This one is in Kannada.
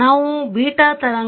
ನಾವು ಬೀಟಾ ತರಂಗ